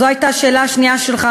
זו הייתה השאלה השנייה שלך,